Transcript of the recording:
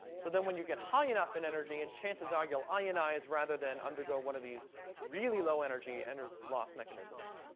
so then, when you get high enough in energy, and chances are you'll ionize rather than undergo one of these really low energy and inner loss mechanisms,